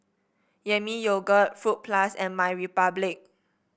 Yami Yogurt Fruit Plus and MyRepublic